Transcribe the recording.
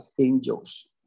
angels